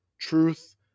truth